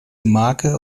marke